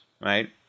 right